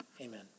Amen